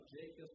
Jacob